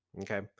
okay